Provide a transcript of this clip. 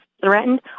threatened